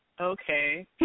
Okay